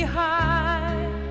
high